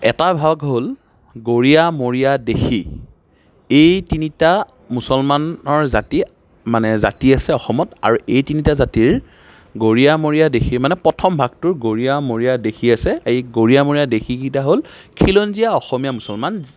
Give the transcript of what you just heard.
এটা ভাগ হ'ল গৰীয়া মৰীয়া দেশী এই তিনিটা মুছলমানৰ জাতি মানে জাতি আছে অসমত আৰু এই তিনিটা জাতিৰ গৰীয়া মৰীয়া দেশী মানে প্ৰথম ভাগটোৰ গৰীয়া মৰীয়া দেশী আছে এই গৰীয়া মৰীয়া দেশীকেইটা হ'ল খিলঞ্জীয়া অসমীয়া মুছলমান